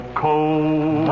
cold